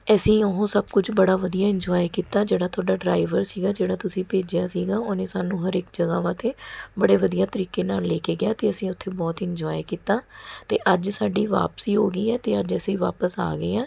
ਅਸੀਂ ਉਹ ਸਭ ਕੁਝ ਬੜਾ ਵਧੀਆ ਇੰਨਜੁਆਏ ਕੀਤਾ ਜਿਹੜਾ ਤੁਹਾਡਾ ਡਰਾਈਵਰ ਸੀਗਾ ਜਿਹੜਾ ਤੁਸੀਂ ਭੇਜਿਆ ਸੀਗਾ ਉਹਨੇ ਸਾਨੂੰ ਹਰ ਇੱਕ ਜਗ੍ਹਾਵਾਂ ਤੇ ਬੜੇ ਵਧੀਆ ਤਰੀਕੇ ਨਾਲ ਲੈ ਕੇ ਗਿਆ ਅਤੇ ਅਸੀਂ ਉੱਥੇ ਬਹੁਤ ਇੰਨਜੁਆਏ ਕੀਤਾ ਅਤੇ ਅੱਜ ਸਾਡੀ ਵਾਪਸੀ ਹੋ ਗਈ ਹੈ ਅਤੇ ਅੱਜ ਅਸੀਂ ਵਾਪਸ ਆ ਗਏ ਆ